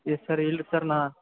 ಇದು ಸರಿ ಇಲ್ರಿ ಸರ್ ನಾ